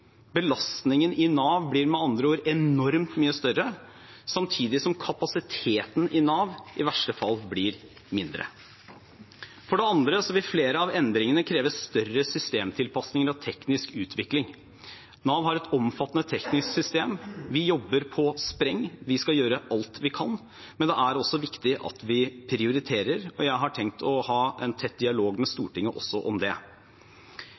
Belastningen på Nav blir med andre ord enormt mye større, samtidig som kapasiteten i verste fall blir mindre. For det andre vil flere av endringene kreve større systemtilpasninger og teknisk utvikling. Nav har et omfattende teknisk system. Vi jobber på spreng. Vi skal gjøre alt vi kan, men det er også viktig at vi prioriterer, og jeg har tenkt å ha en tett dialog med Stortinget også om det.